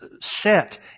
set